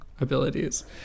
abilities